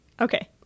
Okay